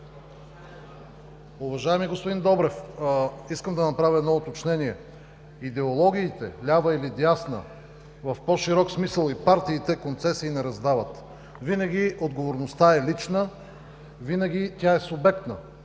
Уважаеми господин Добрев! Искам да направя едно уточнение. Идеологиите – лява или дясна, в по-широк смисъл и партиите, концесии не раздават. Винаги отговорността е лична, винаги тя е субектна.